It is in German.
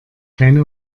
keine